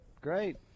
Great